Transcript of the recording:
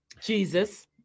Jesus